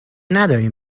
ندارین